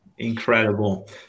Incredible